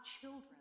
children